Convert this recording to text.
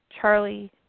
Charlie